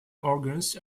organs